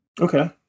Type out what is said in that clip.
Okay